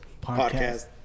podcast